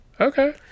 Okay